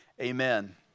Amen